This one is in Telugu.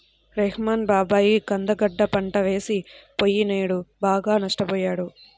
రెహ్మాన్ బాబాయి కంద గడ్డ పంట వేసి పొయ్యినేడు బాగా నష్టపొయ్యాడు